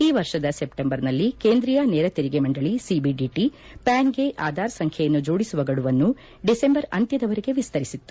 ಈ ವರ್ಷದ ಸೆಪ್ಟೆಂಬರ್ನಲ್ಲಿ ಕೇಂದ್ರೀಯ ನೇರ ತೆರಿಗೆ ಮಂಡಳಿ ಸಿಬಿಡಿಟಿ ಪ್ಯಾನ್ಗೆ ಆಧಾರ್ ಸಂಖ್ಯೆಯನ್ನು ಜೋಡಿಸುವ ಗಡುವನ್ನು ಡಿಸೆಂಬರ್ ಅಂತ್ಯದವರೆಗೆ ವಿಸ್ತರಿಸಿತ್ತು